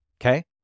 okay